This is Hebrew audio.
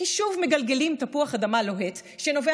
כי שוב מגלגלים תפוח אדמה לוהט שנובע